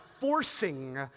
forcing